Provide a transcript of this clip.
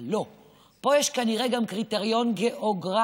אבל לא, פה יש כנראה גם קריטריון גיאוגרפי.